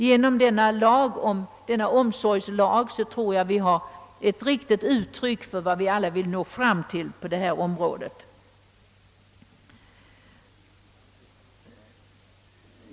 Den nu framlagda omsorgslagen utgör ett uttryck för det vi alla vill nå på detta område.